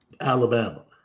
Alabama